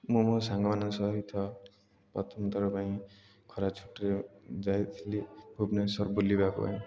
ମୁଁ ମୋ ସାଙ୍ଗମାନଙ୍କ ସହିତ ପ୍ରଥମ ଥର ପାଇଁ ଖରା ଛୁଟିରେ ଯାଇଥିଲି ଭୁବନେଶ୍ୱର ବୁଲିବା ପାଇଁ